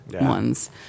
ones